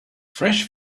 fresh